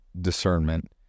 discernment